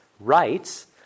rights